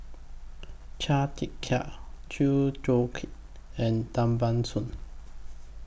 Chia Tee Chiak Chew Joo Chiat and Tan Ban Soon